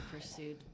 pursued